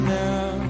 now